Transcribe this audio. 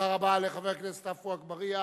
תודה רבה לחבר הכנסת עפו אגבאריה.